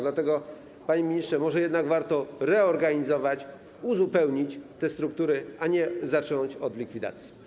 Dlatego, panie ministrze, może jednak warto reorganizować, uzupełnić te struktury, a nie zacząć od likwidacji?